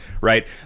right